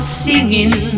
singing